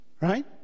Right